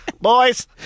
Boys